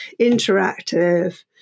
interactive